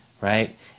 right